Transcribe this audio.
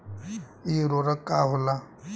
इ उर्वरक का होला?